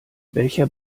welcher